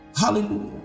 Hallelujah